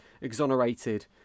exonerated